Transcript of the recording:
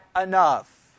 enough